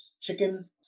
chicken